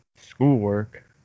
schoolwork